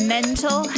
Mental